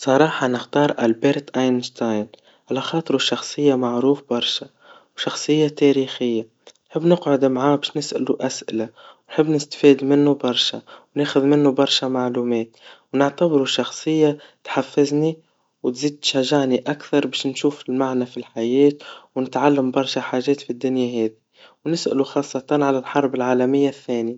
بصراحا نختار ألبرت أينشتاين, لخاطروا شخصيا معروف برشا, وشخصية تاريخيا, بنقعد ماه باش نسألوا أسئلة, بنحب نستفييد منه برشا, وناخذ منه برشا معلومات, ونعتبروا شخصيا تحفزني وتزيد تشجني أكثر باش نشوف المعنى في الحيا, ونتعلم برشا حاجات فالدنيا هاذي, ونسألوا خاصة عن الحرب العالميا الثانيا,